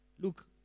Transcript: Look